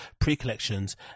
pre-collections